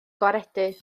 gwaredu